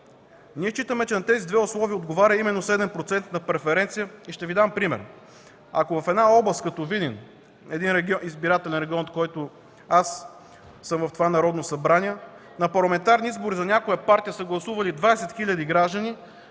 Считаме, че на тези две условия отговаря именно 7-процентна преференция и ще Ви дам пример: ако в област като Видин – избирателен регион, от който съм аз в това Народно събрание, на парламентарни избори за някоя партия са гласували 20 хил. граждани,